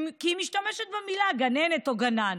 כי היא משתמשת במילה "גננת" או "גנן".